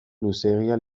luzeegia